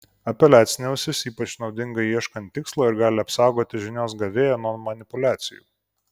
apeliacinė ausis ypač naudinga ieškant tikslo ir gali apsaugoti žinios gavėją nuo manipuliacijų